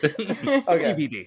Okay